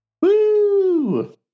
Woo